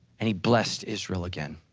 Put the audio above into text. and he blessed israel again.